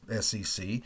SEC